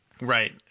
Right